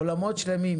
עולמות שלמים,